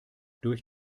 durch